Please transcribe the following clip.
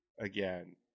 again